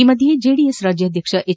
ಈ ಮಧ್ಯೆ ಜೆಡಿಎಸ್ ರಾಜ್ಡಾಧ್ವಕ್ಷ ಹೆಚ್